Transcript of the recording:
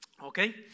Okay